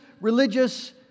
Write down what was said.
religious